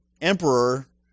emperor